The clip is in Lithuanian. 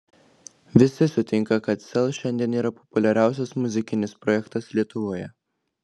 visi sutinka kad sel šiandien yra populiariausias muzikinis projektas lietuvoje